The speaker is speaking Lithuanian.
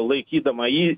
laikydama į